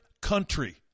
country